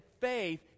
faith